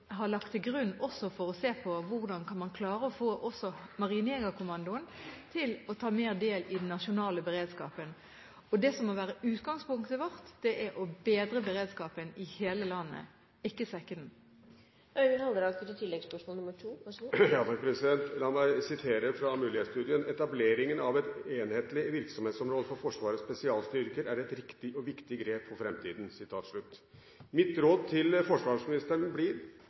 har også lagt til grunn å se på hvordan man kan klare å få også Marinejegerkommandoen til å ta mer del i den nasjonale beredskapen. Det som må være utgangspunktet vårt, er å bedre beredskapen i hele landet, ikke svekke den. La meg referere til mulighetsstudien som sier at etableringen av et enhetlig virksomhetsområde for Forsvarets spesialstyrker er et riktig og viktig grep for framtiden. Mitt råd til forsvarsministeren blir: